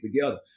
together